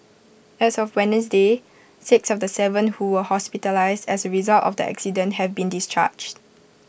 as of Wednesday six of the Seven who were hospitalised as A result of the accident have been discharged